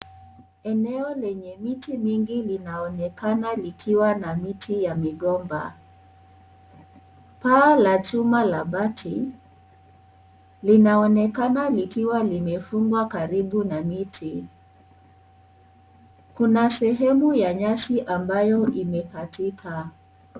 Eneo lenye miti mingi linaonekana likiwa na miti ya migomba. Paa la chuma la bati linaonekana likiwa limefungwa karibu na miti. Kuna sehemu ya nyasi ambayo imekatika.